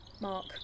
Mark